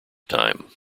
time